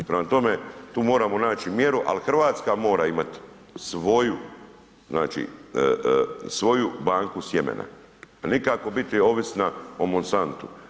Prema tome, tu moramo naći mjeru ali Hrvatska mora imati svoju znači, svoju banku sjemena a nikako biti ovisna o Monsantu.